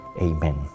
Amen